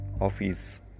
office